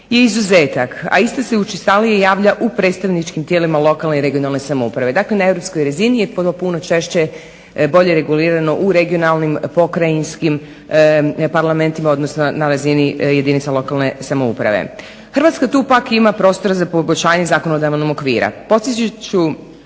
je izuzetak, a iste se učestalije javlja u predstavničkim tijelima lokalne i regionalne samouprave. dakle na europskoj razini jer to puno češće bolje regulirano u regionalnim pokrajinskim parlamentima odnosno na razini jedinica lokalne samouprave. Hrvatska pak tu ima prostora za poboljšanje zakonodavnog okvira.